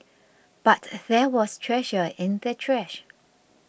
but there was treasure in the trash